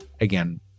again